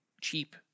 cheap